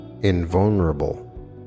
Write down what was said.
invulnerable